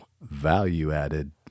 value-added